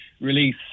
release